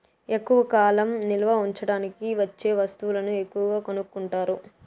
ఎక్కువ కాలం నిల్వ ఉంచడానికి వచ్చే వస్తువులను ఎక్కువగా కొనుక్కుంటారు